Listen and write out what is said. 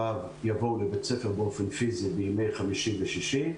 יבואו לבית הספר באופן פיזי בימי חמישי ושישי.